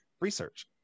Research